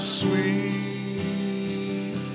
sweet